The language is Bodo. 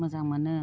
मोजां मोनो